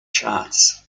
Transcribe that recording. charts